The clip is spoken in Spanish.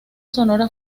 sonora